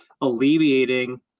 alleviating